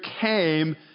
came